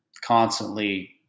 constantly